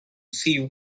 see